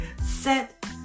set